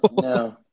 no